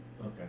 okay